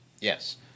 Yes